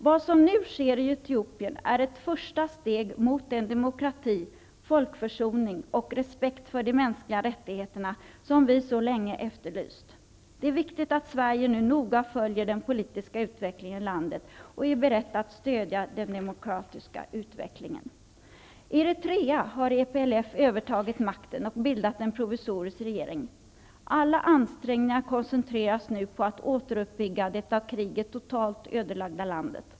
Vad som nu sker i Etiopien är ett första steg mot den demokrati, folkförsoning och respekt för de mänskliga rättigheterna som vi så länge efterlyst. Det är viktigt att Sverige noga följer den politiska utvecklingen i landet och är berett att stödja den demokratiska utvecklingen. I Eritrea har EPLF övertagit makten och bildat en provisorisk regering. Alla ansträngningar koncentreras nu på att återuppbygga det av kriget totalt ödelagda landet.